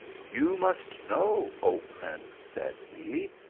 you must know, o prince, said he,